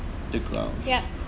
yes